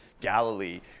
Galilee